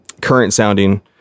current-sounding